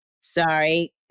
sorry